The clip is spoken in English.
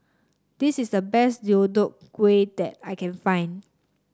this is the best Deodeok Gui that I can find